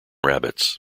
rabbits